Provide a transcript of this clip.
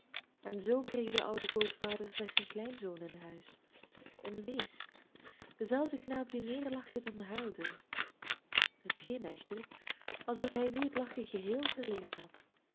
en zoo kreeg de oude grootvader slechts een kleinzoon in huis een wees denzelfden knaap die meer lachte dan huilde het scheen echter alsof hij nu het lachen geheel verleerd had